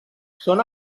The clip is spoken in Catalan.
són